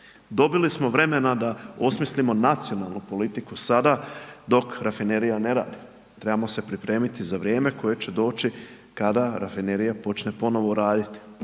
Dobili smo vremena da osmislimo nacionalnu politiku sada dok rafinerija ne radi, trebamo se pripremiti za vrijeme koje će doći kada rafinerija počne ponovno raditi,